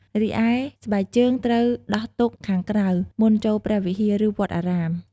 រីឯស្បែកជើងត្រូវដោះទុកខាងក្រៅ មុនចូលព្រះវិហារ ឬវត្តអារាម។